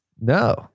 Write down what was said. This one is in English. No